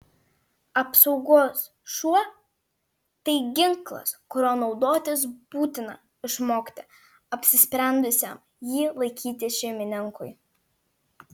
apsaugos šuo tai ginklas kuriuo naudotis būtina išmokti apsisprendusiam jį laikyti šeimininkui